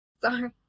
Sorry